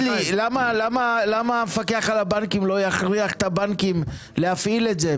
למה המפקח על הבנקים לא יכריח את הבנקים להפעיל את זה?